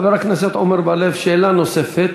חבר הכנסת עמר בר-לב, שאלה נוספת,